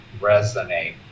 resonate